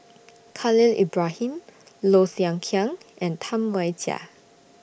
Khalil Ibrahim Low Thia Khiang and Tam Wai Jia